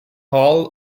hall